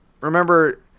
remember